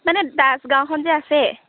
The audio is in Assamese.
মানে দাস গাঁওখন যে আছে